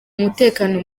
umutekano